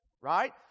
right